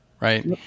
right